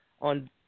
on